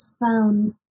found